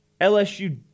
LSU